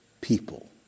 people